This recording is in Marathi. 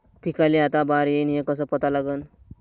पिकाले आता बार येईन हे कसं पता लागन?